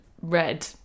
red